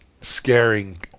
scaring